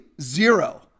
zero